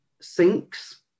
sinks